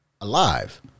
alive